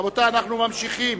רבותי, אנחנו ממשיכים.